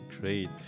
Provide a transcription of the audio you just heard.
great